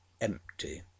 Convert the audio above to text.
empty